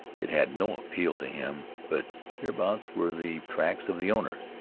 it had no appeal to him, but hereabouts were the tracks of the owner.